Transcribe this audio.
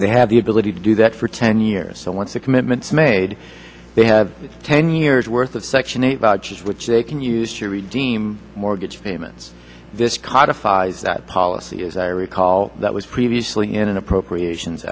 they have the ability to do that for ten years and once the commitments made they have ten years worth of section eight vouchers which they can use to read deem mortgage payments this codified policy as i recall that was previously in an appropriations